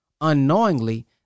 unknowingly